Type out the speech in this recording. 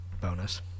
bonus